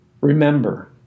Remember